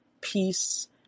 peace